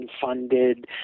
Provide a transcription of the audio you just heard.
funded